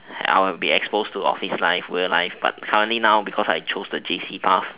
I will be exposed to office life real life but currently now because I chose the J_C path